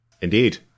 Indeed